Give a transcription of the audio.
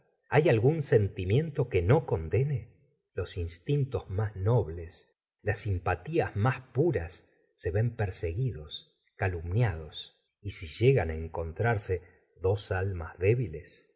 hay algún sentimiento que no condene los instintos más nobles las simpatías más puras se ven perseguidos calumniados y si llegan encontrarse dos almas débiles